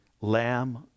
Lamb